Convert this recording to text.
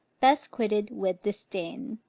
best quitted with disdain.